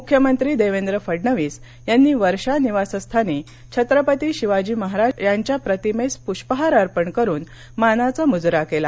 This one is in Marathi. मुख्यमंत्री देवेंद्र फडणवीस यांनी वर्षा निवासस्थानी छत्रपती शिवाजी महाराज यांच्या प्रतिमेस पृष्पहार अर्पण करुन मानाचा मुजरा केला